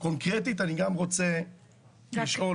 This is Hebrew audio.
קונקרטית אני רוצה לשאול